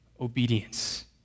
obedience